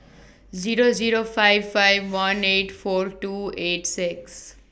Zero Zero five five one eight four two eight six